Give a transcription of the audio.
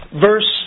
verse